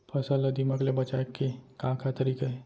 फसल ला दीमक ले बचाये के का का तरीका हे?